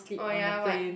oh ya [what]